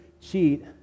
cheat